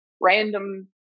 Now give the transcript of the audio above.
random